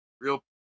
Real